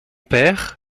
père